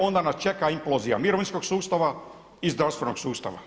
Onda nas čeka implozija mirovinskog sustava i zdravstvenog sustava.